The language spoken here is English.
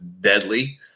deadly